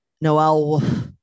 Noel